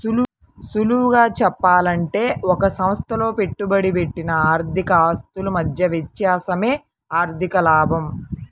సులువుగా చెప్పాలంటే ఒక సంస్థలో పెట్టుబడి పెట్టిన ఆర్థిక ఆస్తుల మధ్య వ్యత్యాసమే ఆర్ధిక లాభం